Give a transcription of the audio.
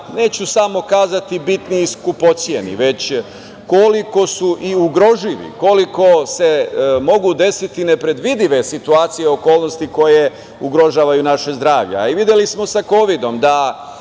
neću samo kazati, bitni i skupoceni, već koliko su i ugroživi, koliko se mogu desiti nepredvidive situacije i okolnosti koje ugrožavaju naše zdravlje.